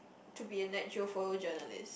to be a nat-geo photojournalist